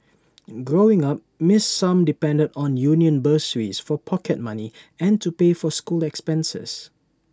growing up miss sum depended on union bursaries for pocket money and to pay for school expenses